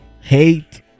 hate